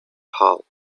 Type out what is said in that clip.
hull